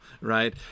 Right